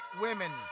women